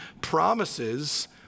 promises